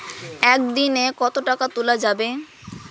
একদিন এ কতো টাকা তুলা যাবে?